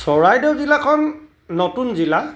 চৰাইদেউ জিলাখন নতুন জিলা